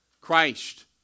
Christ